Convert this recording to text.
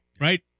right